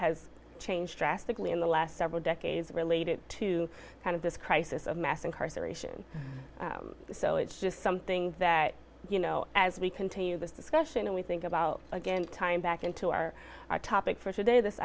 has changed drastically in the last several decades related to kind of this crisis of mass incarceration so it's just something that you know as we continue this discussion and we think about again time back into our our topic for today this